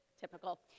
Typical